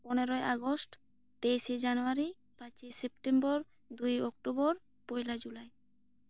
ᱯᱚᱱᱮᱨᱚᱭ ᱟᱜᱚᱥᱴ ᱛᱮᱭᱤᱥᱮ ᱡᱟᱱᱩᱣᱟᱨᱤ ᱯᱟᱸᱪᱮᱭ ᱥᱮᱯᱴᱮᱢᱵᱳᱨ ᱫᱩᱭᱮ ᱚᱠᱴᱚᱵᱚᱨ ᱯᱳᱭᱞᱟᱹ ᱡᱩᱞᱟᱭ